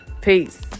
Peace